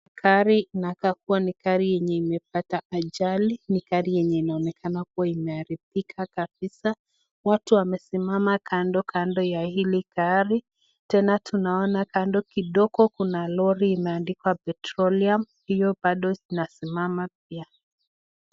Gari inakaa kuwa ni yenye imepata ajali ni gari yenye inaonekana kuwa imeharibika kabisa. Watu wamesimama kando kando ya hili gari .Tena tunaona kando kidogo kuna lori imeandikwa petroleum hiyo bado inasimama pia .